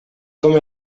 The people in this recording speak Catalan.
com